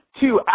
two